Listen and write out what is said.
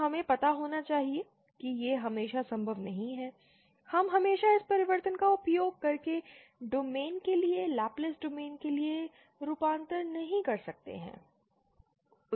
अब हमें पता होना चाहिए कि यह हमेशा संभव नहीं है हम हमेशा इस परिवर्तन का उपयोग करके डोमेन के लिए लाप्लास डोमेन के लिए रूपांतरण नहीं कर सकते हैं